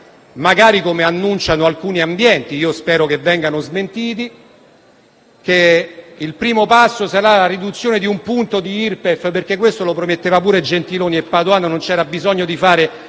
- come annunciano alcuni ambienti e io spero vengano smentiti - che il primo passo sarà la riduzione di un punto di IRPEF, perché questo lo promettevano pure Gentiloni Silveri e Padoan. Non c'era bisogno di fare